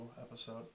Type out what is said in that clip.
episode